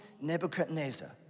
Nebuchadnezzar